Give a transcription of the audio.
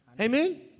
Amen